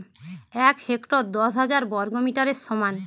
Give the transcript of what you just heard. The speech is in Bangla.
এক হেক্টর দশ হাজার বর্গমিটারের সমান